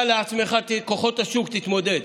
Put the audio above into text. אתה לעצמך, עם כוחות השוק תתמודד.